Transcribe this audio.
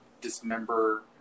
dismember